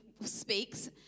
speaks